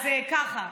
אז ככה,